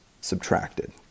subtracted